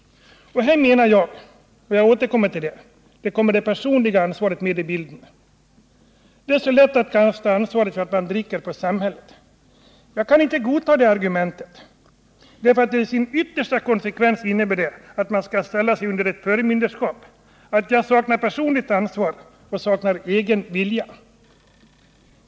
Här menar jag — jag återkommer till det — att det personliga ansvaret kommer med i bilden. Det är så lätt att kasta ansvaret på samhället för att man dricker. Jag kan inte godta det argumentet, därför att den yttersta konsekvensen därav är att människor ställs under förmyndarskap, att de saknar personligt ansvar och egen vilja.